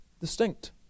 Distinct